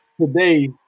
Today